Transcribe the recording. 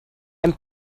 and